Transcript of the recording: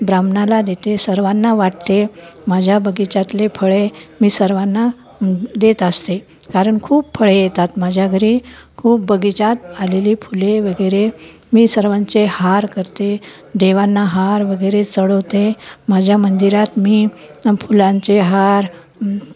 ब्राम्हणाला देते सर्वांना वाटते माझ्या बगीचातले फळे मी सर्वांना देत असते कारण खूप फळे येतात माझ्या घरी खूप बगीचात आलेली फुले वगैरे मी सर्वांचे हार करते देवांना हार वगैरे चढवते माझ्या मंदिरात मी फुलांचे हार